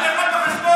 שייהנה מהנוף,